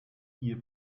ihr